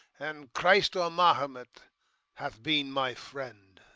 and christ or mahomet hath been my friend.